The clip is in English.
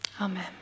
Amen